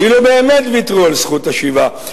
אילו באמת ויתרו על זכות השיבה,